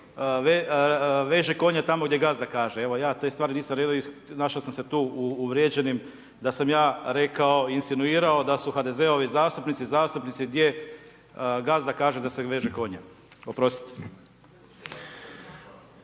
veže konja tamo gdje gazda kaže, evo, ja te stvari nisam, našao sam se tu uvrijeđenim da sam ja rekao insinuirao da su HDZ-ovi zastupnici, zastupnici gdje gazda kaže da se veže konja. Oprostite.